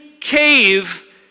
cave